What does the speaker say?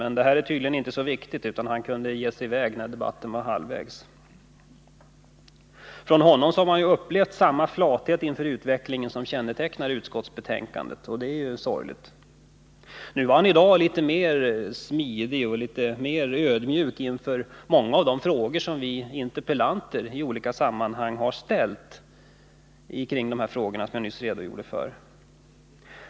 Men det här är tydligen inte viktigare än att han kunde ge sig i väg när debatten var halvvägs. Från industriministern har jag upplevt samma flathet inför utvecklingen som kännetecknar utskottsbetänkandet, och det är sorgligt. I dag var han litet mera smidig och litet mera ödmjuk inför många av de ärenden som jag nyss redogjorde för och där vi i olika sammanhang interpellerat.